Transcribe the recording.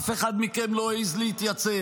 אף אחד מכם לא העז להתייצב,